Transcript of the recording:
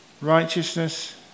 righteousness